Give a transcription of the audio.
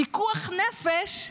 פיקוח נפש,